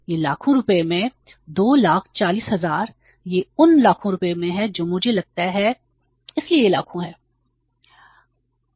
यह लाखों रुपये में है 240000 यह उन लाखों रुपये में है जो मुझे लगता है इसलिए यह लाखों है